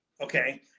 Okay